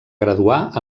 graduar